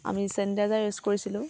আমি sanitizer use কৰিছিলোঁ